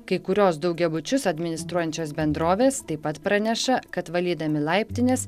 kai kurios daugiabučius administruojančios bendrovės taip pat praneša kad valydami laiptines